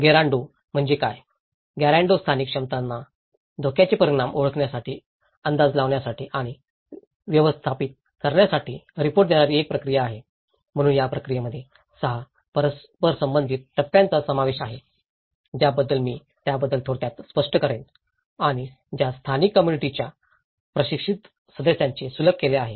गेरान्डो म्हणजे काय गॅरान्डो स्थानिक क्षमतांना धोक्याचे परिणाम ओळखण्यासाठी अंदाज लावण्यासाठी आणि व्यवस्थापित करण्यासाठी सपोर्ट देणारी एक प्रक्रिया आहे म्हणून या प्रक्रियेमध्ये 6 परस्परसंबंधित टप्प्यांचा समावेश आहे ज्याबद्दल मी त्याबद्दल थोडक्यात स्पष्ट करेन आणि ज्यास स्थानिक कम्म्युनिटीाच्या प्रशिक्षित सदस्याने सुलभ केले आहे